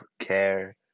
care